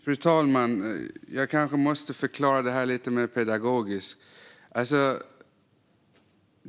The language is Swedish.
Fru talman! Jag kanske måste förklara detta lite mer pedagogiskt.